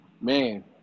Man